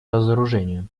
разоружению